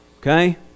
Okay